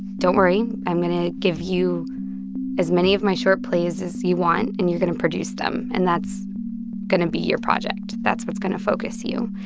don't worry. i'm going to give you as many of my short plays as you want, and you're going to produce them, and that's going to be your project. that's what's going to focus you.